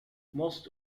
most